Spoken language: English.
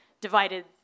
divided